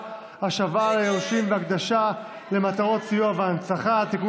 (השבה ליורשים והקדשה למטרות סיוע והנצחה) (תיקון